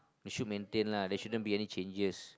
should maintain lah there shouldn't be any changes